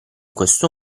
questo